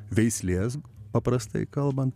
veislės paprastai kalbant